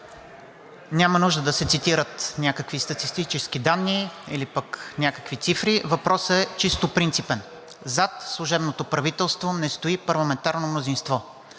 Няма нужда да се цитират някакви статистически данни или пък някакви цифри. Въпросът е чисто принципен. Зад служебното правителство не стои парламентарно мнозинство.